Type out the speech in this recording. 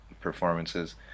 performances